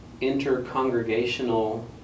inter-congregational